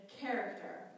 character